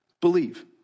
believe